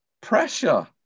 Pressure